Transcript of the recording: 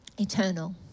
eternal